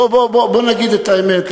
בוא נגיד את האמת.